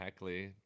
heckly